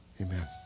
Amen